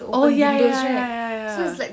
oh ya ya ya ya ya